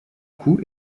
cou